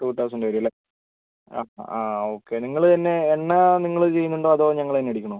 to thousand വരും അല്ലേ ആ ആ ഓക്കെ നിങ്ങൾ തന്നെ എണ്ണ നിങ്ങൾ ചെയ്യുന്നുണ്ടോ അതോ ഞങ്ങൾ തന്നെ അടിക്കണോ